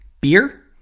Beer